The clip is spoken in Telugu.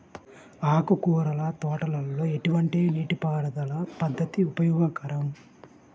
ఆకుకూరల తోటలలో ఎటువంటి నీటిపారుదల పద్దతి ఉపయోగకరం?